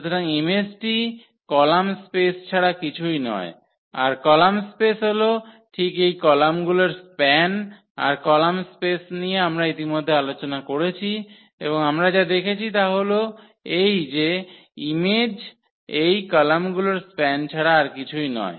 সুতরাং ইমেজটি column space ছাড়া কিছুই নয় আর কলাম স্পেস হল ঠিক এই কলামগুলির স্প্যান আর কলাম স্পেস নিয়ে আমরা ইতিমধ্যেই আলোচনা করেছি এবং আমরা যা দেখেছি তা হল এই যে ইমেজ এই কলামগুলির স্প্যান ছাড়া আর কিছুই নয়